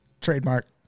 Trademark